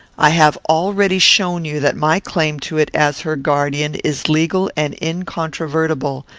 i have already shown you that my claim to it, as her guardian, is legal and incontrovertible,